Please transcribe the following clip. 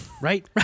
Right